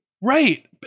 Right